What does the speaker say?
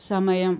സമയം